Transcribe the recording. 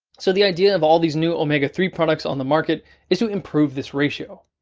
so the idea of all these new omega three products on the market is to improve this ratio,